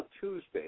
Tuesday